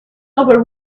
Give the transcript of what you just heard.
over